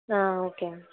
ஆ ஓகேங்க